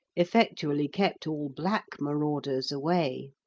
effectually kept all black marauders away.